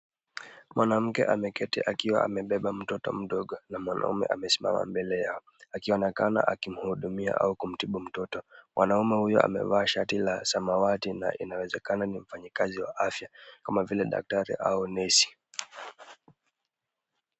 Mwanamke ameketi akiwa amebeba mtoto mdogo na mwanaume amesimama mbele yao akionekana akimhudumia au kumtibu mtoto. Mwanaume huyo amevaa shati la samawati na inawezekana ni mfanyikazi wa afya kama vile daktari au nesi.